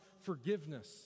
forgiveness